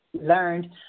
learned